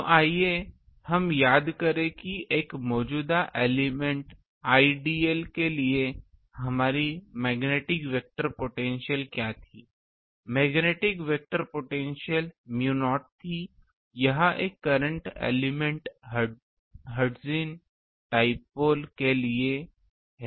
तो आइए हम याद करें कि एक मौजूदा एलिमेंट Idl के लिए हमारी मैग्नेटिक वेक्टर पोटेंशियल क्या थी magnetic vector potential mu naught थी यह एक करंट एलिमेंट हर्ट्ज़ियन डाइपोल के लिए है